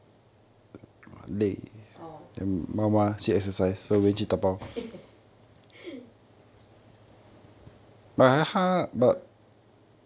oh what's hmm